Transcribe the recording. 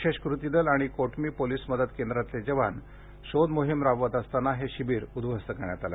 विशेष कृती दल आणि कोटमी पोलिस मदत केंद्रातले जवान शोधमोहीम राबवीत असताना हे शिबिर उद्ध्वस्त करण्यात आलं